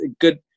good